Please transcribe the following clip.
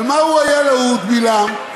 על מה הוא היה להוט, בלעם?